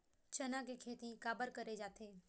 चना के खेती काबर करे जाथे?